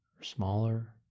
smaller